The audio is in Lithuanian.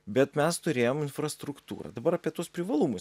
bet mes turėjom infrastruktūrą dabar apie tuos privalumus